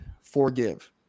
forgive